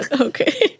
okay